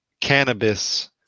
cannabis